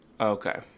Okay